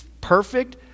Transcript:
perfect